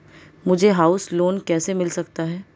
मुझे house loan कैसे मिल सकता है?